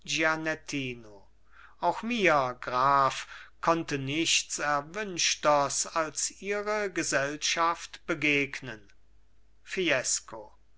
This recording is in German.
auch mir graf konnte nichts erwünschters als ihre gesellschaft begegnen fiesco